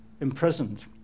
imprisoned